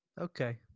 Okay